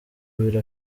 abiri